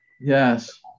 yes